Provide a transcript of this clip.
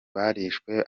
barishwe